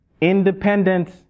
Independence